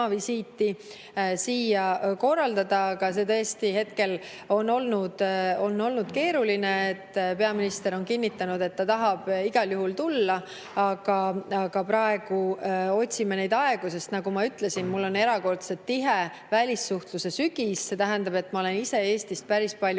siia korraldada, aga see tõesti hetkel on olnud keeruline. Peaminister on kinnitanud, et ta tahab igal juhul tulla, aga praegu otsime neid aegu, sest nagu ma ütlesin, mul on erakordselt tihe välissuhtluse sügis, see tähendab, et ma olen ise Eestist päris palju